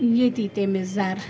ییٚتی تٔمِس زَرٕ